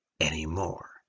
anymore